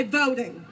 voting